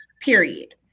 Period